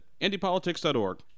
IndyPolitics.org